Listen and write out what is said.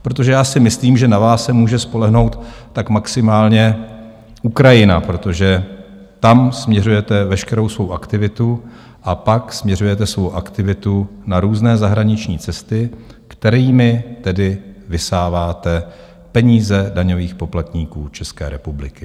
Protože já si myslím, že na vás se může spolehnout tak maximálně Ukrajina, protože tam směřujete veškerou svou aktivitu, a pak směřujete svou aktivitu na různé zahraniční cesty, kterými tedy vysáváte peníze daňových poplatníků České republiky.